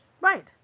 right